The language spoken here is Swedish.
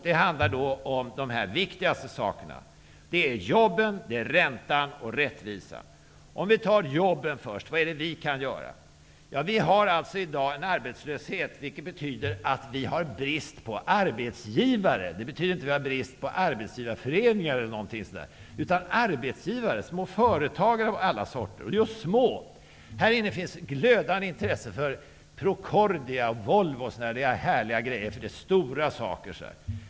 Det handlar om de viktigaste sakerna: jobben, räntan och rättvisan. Om jag börjar med jobben, vad är det som vi kan göra? Vi har i dag en arbetslöshet, vilket betyder att det råder brist på arbetsgivare, dvs. småföretagare av alla sorter. Det betyder inte att det råder brist på arbetsgivarföreningar och sådant. Här inne finns ett glödande intresse för Volvo och Procordia. Det är härliga grejer, därför att det är stora saker.